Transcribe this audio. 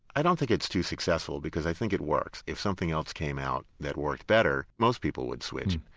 i don't think it's too successful because i think it works. if something else came out that worked better, most people would switch.